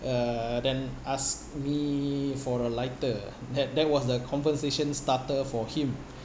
uh then asked me for a lighter that that was the conversation starter for him